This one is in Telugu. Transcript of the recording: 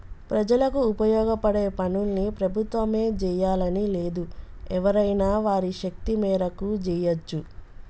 ప్రజలకు ఉపయోగపడే పనుల్ని ప్రభుత్వమే జెయ్యాలని లేదు ఎవరైనా వారి శక్తి మేరకు జెయ్యచ్చు